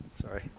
Sorry